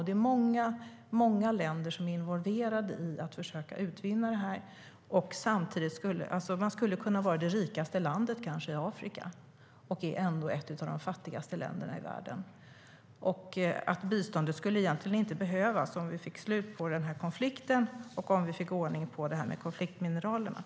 Det är många länder som är involverade i att försöka utvinna detta. Man skulle kunna vara det rikaste landet i Afrika men är ändå ett av de fattigaste länderna i världen. Biståndet skulle egentligen inte behövas om vi fick slut på konflikten och ordning på detta med konfliktmineralerna.